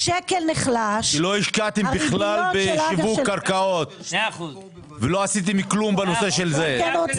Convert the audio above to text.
לא השקעתם בכלל ב- -- קרקעות ולא עשיתם כלום בנושא של זה.